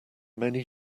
many